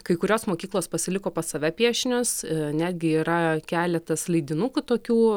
kai kurios mokyklos pasiliko pas save piešinius netgi yra keletas leidinukų tokių